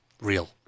Real